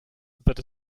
that